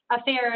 Affairs